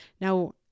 Now